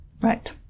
Right